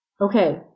okay